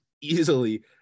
easily